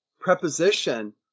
preposition